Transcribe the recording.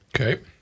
Okay